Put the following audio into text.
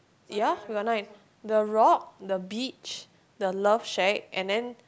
ya we got nine the rock the beach the love shack and then